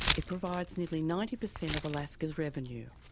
it provides nearly ninety per cent of alaska's revenue.